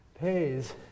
pays